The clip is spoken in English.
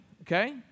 okay